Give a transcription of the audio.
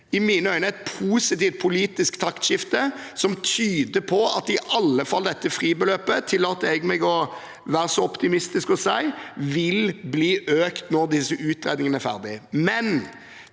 i mine øyne skjedd et positivt politisk taktskifte som tyder på at i alle fall dette fribeløpet – tillater jeg meg å være så optimistisk å si – vil bli økt når disse utredningene er ferdige.